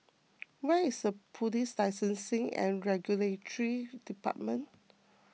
where is the Police Licensing and Regulatory Department